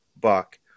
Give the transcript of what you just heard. buck